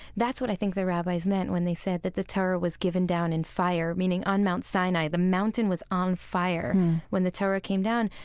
that's what i think the rabbis meant when they said that the torah was given down in fire, meaning on mount sinai. the mountain was on fire when the torah came down.